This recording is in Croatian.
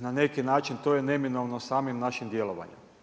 na neki način to je neminovno samim našim djelovanjem.